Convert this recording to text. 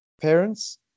parents